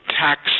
tax